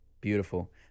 Beautiful